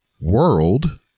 World